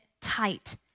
tight